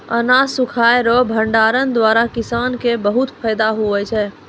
अनाज सुखाय रो भंडारण द्वारा किसान के बहुत फैदा हुवै छै